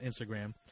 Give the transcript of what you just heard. Instagram